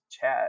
chat